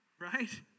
Right